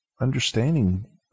understanding